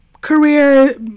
career